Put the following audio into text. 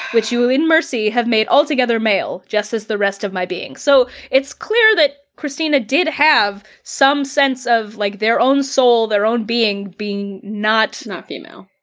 which you will in mercy have made altogether male, just as the rest of my being. so it's clear that kristina did have some sense of like their own soul, their own being, being not, v not female.